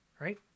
right